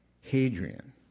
Hadrian